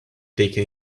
taken